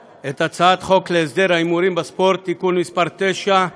את הצעת חוק להסדר ההימורים בספורט (תיקון מס' 9)